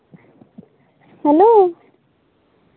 hello